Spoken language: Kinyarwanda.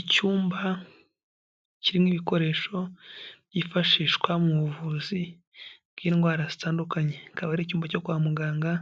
Icyumba kimo ibikoresho byifashishwa mu buvuzi bw'indwara zitandukanye, akaba ari icyumba cyo kwa muganga